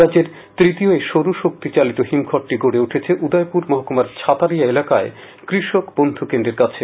রাজ্যের তৃতীয় এই সৌরশক্তি চালিত হিমঘরটি গড়ে উঠেছে উদয়পুর মহকুমার ছাতারিয়া এলাকায় কৃষক বন্ধু কেন্দ্র কাছে